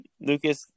Lucas